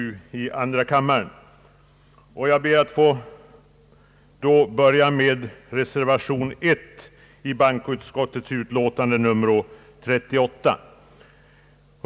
Jag ber att få börja med reservation 1.